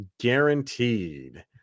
guaranteed